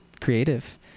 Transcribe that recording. creative